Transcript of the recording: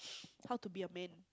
how to be a man